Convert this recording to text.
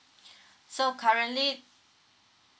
so currently